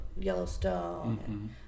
Yellowstone